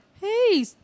Hey